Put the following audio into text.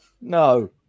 No